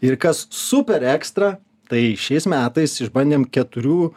ir kas super ekstra tai šiais metais išbandėm keturių